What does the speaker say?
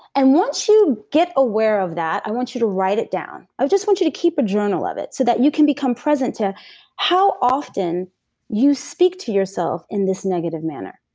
and once you get aware of that, i want you to write it down. i just want you to keep a journal of it, so that you can become present to how often you speak to yourself in this negative manner.